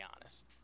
honest